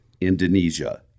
Indonesia